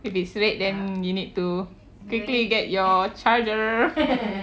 if it's red then you need to quickly get your charger